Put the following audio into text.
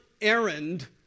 Errand